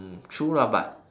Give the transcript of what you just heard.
mm true lah but